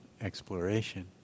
exploration